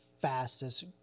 fastest